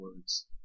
words